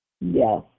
Yes